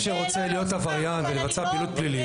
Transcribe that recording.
אבל אני לא --- מי שרוצה להיות עבריין ולבצע פעילות פלילית,